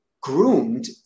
groomed